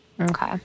Okay